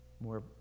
more